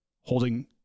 holding